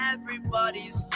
Everybody's